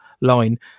line